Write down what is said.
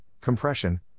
compression